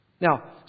Now